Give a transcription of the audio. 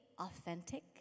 authentic